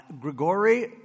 Grigory